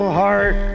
heart